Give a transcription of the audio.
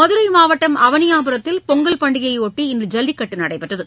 மதுரை மாவட்டம் அவளியாபுரத்தில் பொங்கல் பண்டிகையையொட்டி இன்று ஜல்லிக்கட்டு நடைபெற்றது